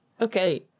Okay